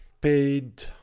paid